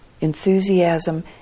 enthusiasm